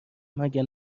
مگه